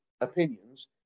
opinions